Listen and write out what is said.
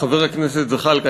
חבר הכנסת זחאלקה,